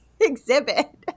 exhibit